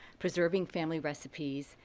preserving family recipes,